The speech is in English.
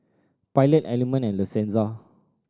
Pilot Element and La Senza